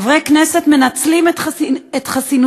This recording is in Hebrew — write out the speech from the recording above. חברי כנסת מנצלים את חסינותם,